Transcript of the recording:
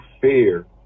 fear